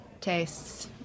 tastes